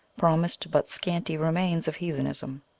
promised but scanty remains of heathenism.